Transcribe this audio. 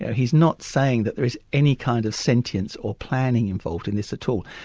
he's not saying that there is any kind of sentience or planning involved in this at all.